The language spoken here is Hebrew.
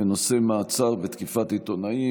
בנושא: מעצר ותקיפת עיתונאים.